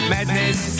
Madness